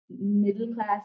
middle-class